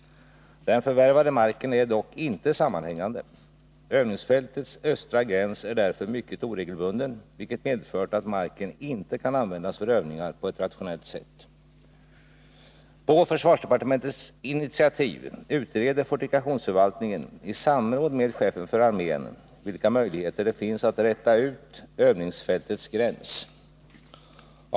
Den förvärvade marken är dock inte sammanhängande. Övningsfältets östra gräns är därför mycket oregelbunden, vilket medfört att marken inte kan användas för övningar på ett rationellt sätt. På försvarsdepartementets initiativ utreder fortifikationsförvaltningen i samråd med chefen för armén vilka möjligheter det finns att räta ut övningsfältets gräns.